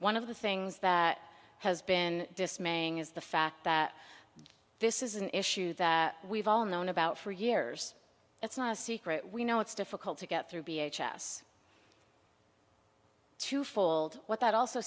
one of the things that has been dismaying is the fact that this is an issue that we've all known about for years it's not a secret we know it's difficult to get through b h s two fold what that also